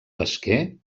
pesquer